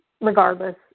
regardless